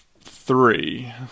Three